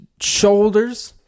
Shoulders